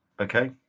Okay